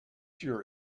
your